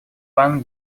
пан